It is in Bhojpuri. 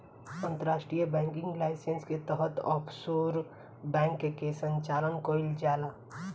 अंतर्राष्ट्रीय बैंकिंग लाइसेंस के तहत ऑफशोर बैंक के संचालन कईल जाला